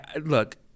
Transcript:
look